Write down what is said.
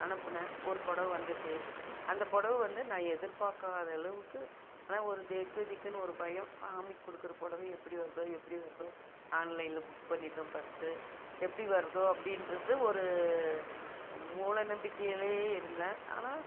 அனுப்பினேன் ஒரு புடவ வந்துச்சு அந்த புடவ வந்து நான் எதிர்பார்க்காத அளவுக்கு ஆனால் ஒரு திக்கு திக்குன்னு ஒரு பயம் சாமிக்கு கொடுக்குற புடவ எப்படி வருதோ எப்படி வருதோ ஆன்லைனில் புக் பண்ணிவிட்டோம் ஃபஸ்ட்டு எப்படி வருதோ அப்படின்றது ஒரு மூல நம்பிக்கையிலே இருந்தேன் ஆனால்